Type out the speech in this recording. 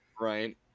Right